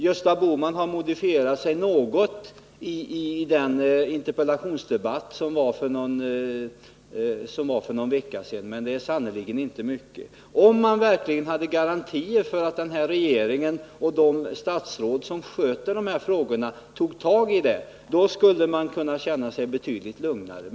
Gösta Bohman modifierade sig något i den interpellationsdebatt som förekom här för någon vecka sedan, men det var sannerligen inte mycket. Om man verkligen hade garantier för att regeringen och de statsråd som sköter dessa frågor tog tag i dem skulle man kunna känna sig betydligt lugnare.